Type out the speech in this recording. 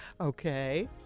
Okay